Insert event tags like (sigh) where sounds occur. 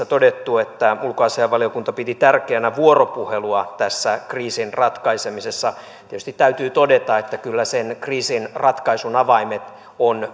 (unintelligible) todettu että ulkoasiainvaliokunta piti tärkeänä vuoropuhelua kriisin ratkaisemisessa tietysti täytyy todeta että kyllä sen kriisin ratkaisun avaimet